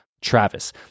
Travis